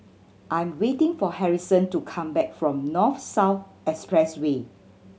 I'm waiting for Harrison to come back from North South Expressway